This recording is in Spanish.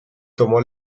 tomó